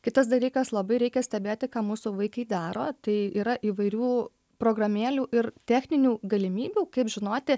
kitas dalykas labai reikia stebėti ką mūsų vaikai daro tai yra įvairių programėlių ir techninių galimybių kaip žinoti